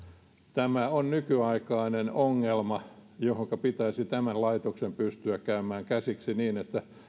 tämä on nykyaikainen ongelma johonka pitäisi tämän laitoksen pystyä käymään käsiksi niin että